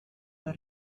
der